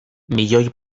milioi